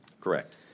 Correct